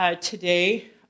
today